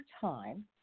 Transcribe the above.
time